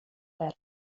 verds